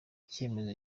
icyemezo